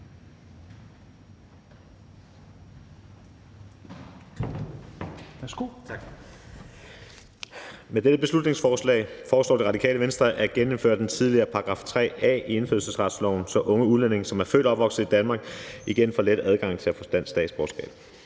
Med dette beslutningsforslag foreslår Radikale Venstre at genindføre den tidligere § 3 A i indfødsretsloven, så unge udlændinge, som er født og opvokset i Danmark, igen får let adgang til at få dansk statsborgerskab.